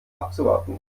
abzuwarten